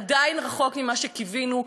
עדיין רחוק ממה שקיווינו,